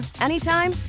anytime